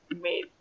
made